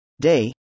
day